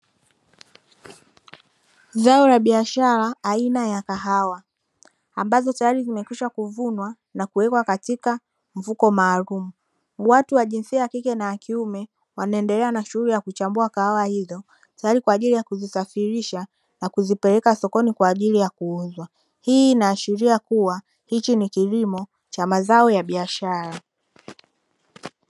Zao la biashara aina ya kahawa ambazo tayari zimekwisha kuvunwa na kuwekwa katika mfuko maalumu, watu wa jinsia ya kike na ya kiume wanaendelea na shughuli ya kuchambua kahawa hizo tayari kwa ajili ya kuzisafirisha na kuzipeleka sokoni kwa ajili ya kuuzwa. Hii inaashiria kuwa hichi ni kilimo cha mazao ya biashara.